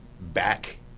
back